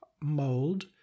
mold